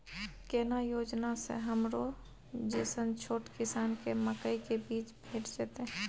केना योजना स हमरो जैसन छोट किसान के मकई के बीज भेट जेतै?